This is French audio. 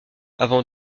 avant